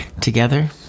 Together